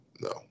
no